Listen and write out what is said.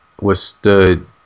withstood